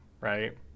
right